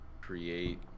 Create